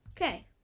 Okay